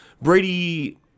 Brady